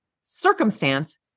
circumstance